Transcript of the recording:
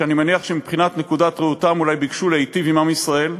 ואני מניח שמנקודת ראותם אולי ביקשו להיטיב עִם עַם ישראל,